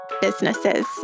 businesses